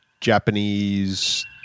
Japanese